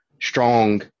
strong